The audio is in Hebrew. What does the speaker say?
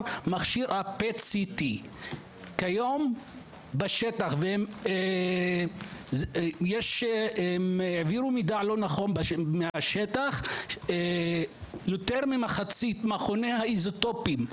מכשיר ה-PET CT. את יותר ממחצית ממכוני האיזוטופים,